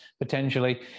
potentially